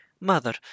Mother